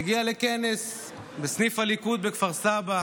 מגיע לכנס בסניף הליכוד בכפר סבא,